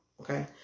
okay